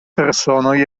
personoj